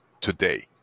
today